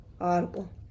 Audible